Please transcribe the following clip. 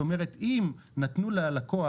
אם נתנו ללקוח,